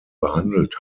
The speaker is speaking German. behandelt